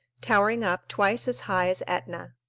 towering up twice as high as etna.